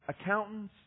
accountants